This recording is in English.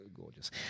gorgeous